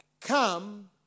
come